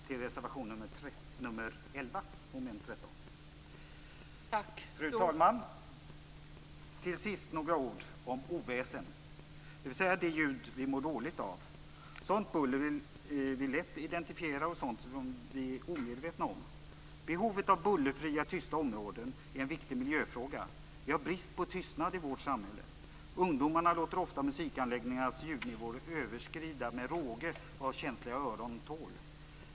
Till sist vill jag säga några ord om oväsen, dvs. det ljud vi mår dåligt av - sådant buller som vi lätt identifierar och sådant som vi är omedvetna om. Behovet av bullerfria tysta områden är en viktig miljöfråga. Vi har brist på tystnad i vårt samhälle. Ungdomarna låter ofta musikanläggningarnas ljudnivå med råge överskrida vad känsliga öron tål.